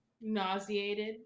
nauseated